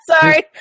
sorry